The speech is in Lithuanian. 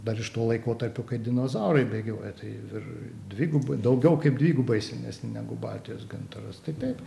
dar iš to laikotarpio kai dinozaurai bėgiojo tai ir dvigubai daugiau kaip dvigubai senesni negu baltijos gintaras tai taip